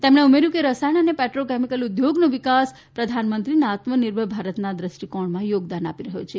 તેમણે ઉમેર્યું કે રસાયણ અને પેટ્રોકેમીકલ ઉદ્યોગનો વિકાસ પ્રધાનમંત્રીના આત્મનિર્ભર ભારતના દ્રષ્ટિકોણમાં યોગદાન આપી રહ્યું છે